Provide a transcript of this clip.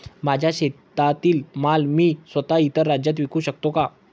माझ्या शेतातील माल मी स्वत: इतर राज्यात विकू शकते का?